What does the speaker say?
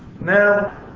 now